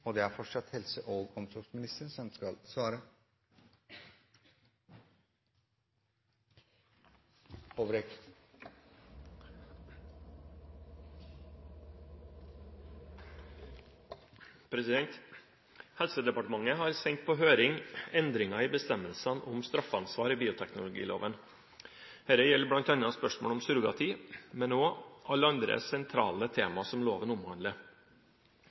sendt på høring endringer i bestemmelsene om straffeansvar i bioteknologiloven. Dette gjelder bl.a. spørsmål om surrogati, men også alle andre sentrale temaer som loven omhandler.